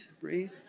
breathe